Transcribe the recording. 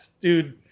dude